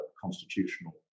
constitutional